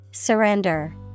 Surrender